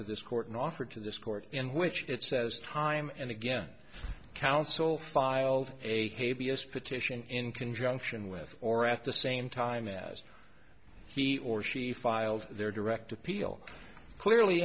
to this court offer to this court in which it says time and again counsel filed a petition in conjunction with or at the same time as he or she filed their direct appeal clearly